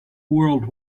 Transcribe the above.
world